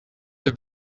have